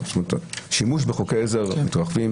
השימוש בחוקי עזר רק מתרחב.